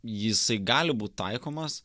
jisai gali būt taikomas